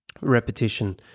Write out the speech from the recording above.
repetition